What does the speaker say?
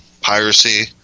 piracy